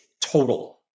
total